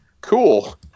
cool